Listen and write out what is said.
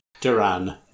Duran